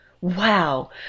Wow